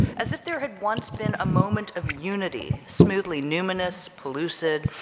as if there had once been a moment of unity, smoothly numinous, pellucid,